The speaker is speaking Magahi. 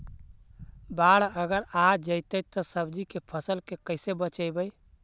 बाढ़ अगर आ जैतै त सब्जी के फ़सल के कैसे बचइबै?